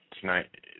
tonight